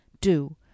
do